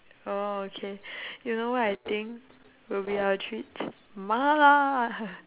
orh okay you know what I think will be our treats mala